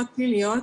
נילי,